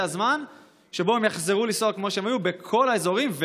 הזמן שבו הם יחזרו לנסוע כמו שהם היו בכל האזורים,